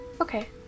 Okay